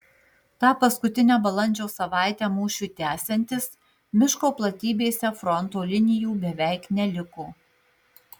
tą paskutinę balandžio savaitę mūšiui tęsiantis miško platybėse fronto linijų beveik neliko